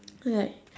like